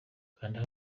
kanda